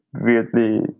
weirdly